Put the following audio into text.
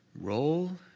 Roll